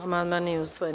Amandman je usvojen.